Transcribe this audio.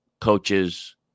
coaches